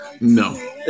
No